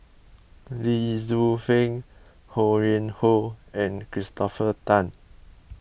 Lee Tzu Pheng Ho Yuen Hoe and Christopher Tan